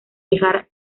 dejar